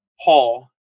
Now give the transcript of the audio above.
paul